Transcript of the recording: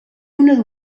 una